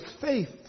faith